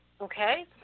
Okay